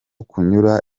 kunyura